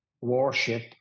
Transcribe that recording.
warship